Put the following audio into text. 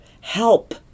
help